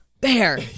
Bear